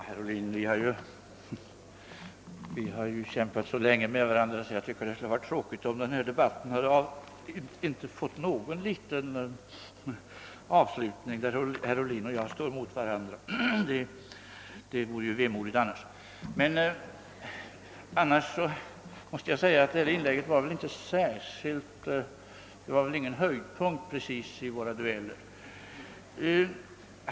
Herr talman! Ja, herr Ohlin, vi har ju kämpat så länge med varandra att jag tycker det skulle ha varit tråkigt om denna debatt inte hade fått någon avslutning, där herr Ohlin och jag står emot varandra. Jag tycker dock att herr Ohlins senaste inlägg inte precis utgör någon höjdpunkt i våra dueller.